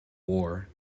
war